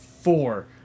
four